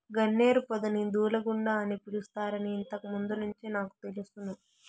గన్నేరు పొదని దూలగుండ అని పిలుస్తారని ఇంతకు ముందు నుంచే నాకు తెలుసును